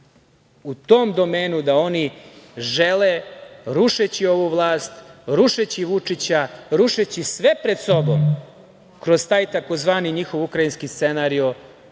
u tom domenu da oni žele, rušeći ovu vlast, rušeći Vučića, rušeći sve pred sobom, kroz taj tzv. njihov ukrajinski scenario,